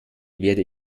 werde